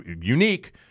unique